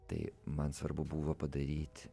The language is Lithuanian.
tai man svarbu buvo padaryt